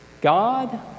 god